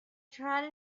tried